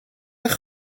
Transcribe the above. eich